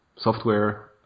Software